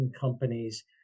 companies